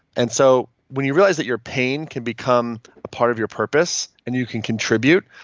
and so when you realize that your pain can become part of your purpose and you can contribute,